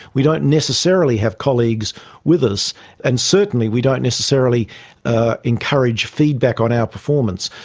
we don't necessarily have colleagues with us and certainly we don't necessarily ah encourage feedback on our performance.